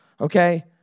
Okay